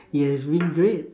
it has been great